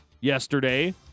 yesterday